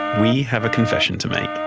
we have a confession to make.